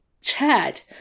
chat